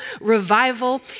Revival